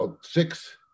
six